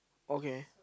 okay